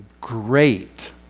great